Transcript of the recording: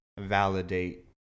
validate